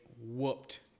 whooped